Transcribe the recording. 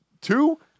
two